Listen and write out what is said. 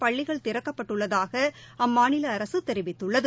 பள்ளிகள் திறக்கப்பட்டுள்ளதாக அம்மாநில அரசு தெரிவித்துள்ளது